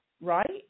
right